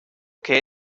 que